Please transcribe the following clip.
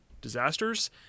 disasters